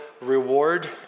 reward